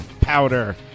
powder